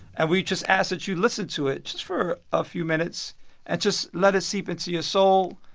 and we just ask that you listen to it just for a few minutes and just let it seep into your soul,